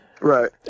Right